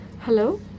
Hello